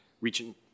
reaching